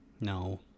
No